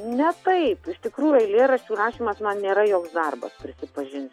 ne taip iš tikrųjų eilėraščių rašymas man nėra joks darbas prisipažinsiu